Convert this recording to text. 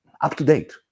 up-to-date